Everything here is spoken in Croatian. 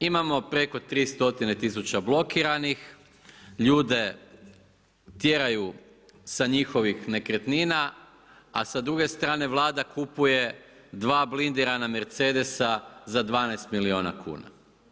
Imamo preko 3 stotine tisuća blokiranih, ljude tjeraju sa njihovih nekretnina a sa druge strane Vlada kupuje dva blindirana Mercedesa za 12 milijuna kuna.